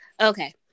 Okay